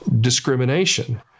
discrimination